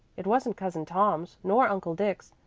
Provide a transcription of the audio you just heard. it wasn't cousin tom's nor uncle dick's,